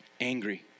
Angry